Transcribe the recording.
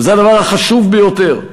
וזה הדבר החשוב ביותר.